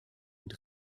und